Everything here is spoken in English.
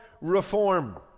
reform